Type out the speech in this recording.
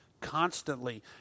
constantly